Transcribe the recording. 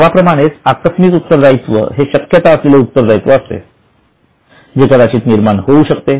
नावा प्रमाणेच आकस्मित उत्तर दायित्व हे शक्यता असलेले उत्तर दायित्व असते जे कदाचित निर्माण होऊ शकते